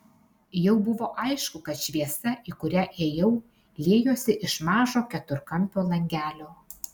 jau buvo aišku kad šviesa į kurią ėjau liejosi iš mažo keturkampio langelio